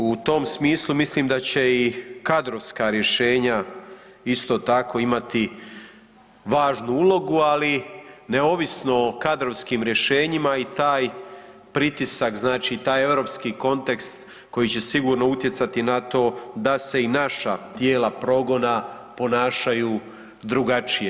U tom smislu mislim da će i kadrovska rješenja isto tako imati važnu ulogu, ali neovisno i kadrovskim rješenjima i taj pritisak znači taj europski kontekst koji će sigurno utjecati na to da se i naša tijela progona ponašaju drugačije.